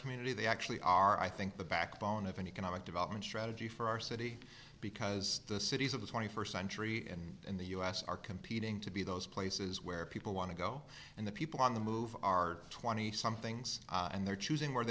community they actually are i think the backbone of an economic development strategy for our city because the cities of the twenty first century and in the us are competing to be those places where people want to go and the people on the move are twenty somethings and they're choosing where